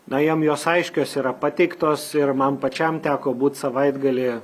na jiem jos aiškios yra pateiktos ir man pačiam teko būt savaitgalį